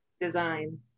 design